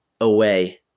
away